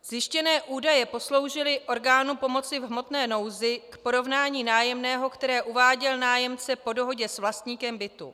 Zjištěné údaje posloužily orgánu pomoci v hmotné nouzi k porovnání nájemného, které uváděl nájemce po dohodě s vlastníkem bytu.